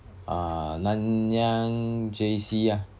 ah nanyang J_C ah